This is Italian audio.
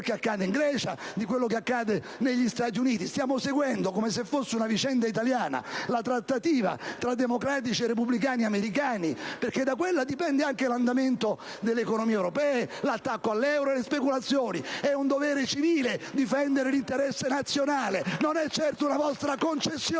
che accade in Grecia e negli Stati Uniti. Stiamo seguendo, come se fosse una vicenda italiana, la trattativa tra democratici e repubblicani americani, perché da essa dipende anche l'andamento delle economie europee, l'attacco all'euro e le speculazioni. È un dovere civile difendere l'interesse nazionale, non è certo una vostra concessione